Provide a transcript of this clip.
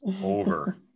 over